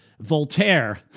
Voltaire